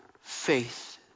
faith